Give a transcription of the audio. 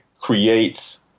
creates